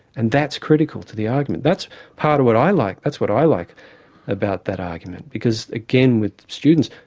and that's critical to the argument. that's part of what i like, that's what i like about that argument, because again with students,